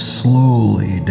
slowly